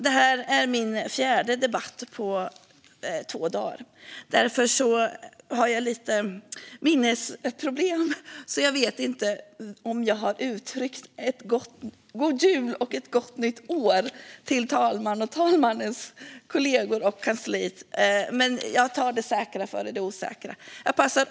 Det här är min fjärde debatt på två dagar. Därför har jag lite minnesproblem, så jag vet inte om jag har önskat en god jul och ett gott nytt år till talmannen och talmannens kollegor och kansli. Jag tar det säkra för det osäkra och gör det nu.